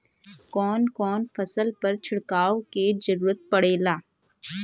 कवन कवन फसल पर छिड़काव के जरूरत पड़ेला?